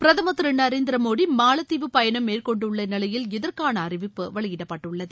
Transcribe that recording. பிரதமர் திரு நரேந்திர மோடி மாலத்தீவுக்கு பயணம் மேற்கொண்டுள்ள நிலையில் இதற்கான அறிவிப்பு வெளியிடப்பட்டுள்ளது